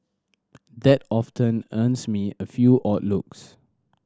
that often earns me a few odd looks